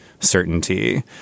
Certainty